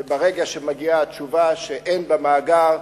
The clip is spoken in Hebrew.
וברגע שמגיעה התשובה שאין במאגר,